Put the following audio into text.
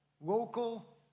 local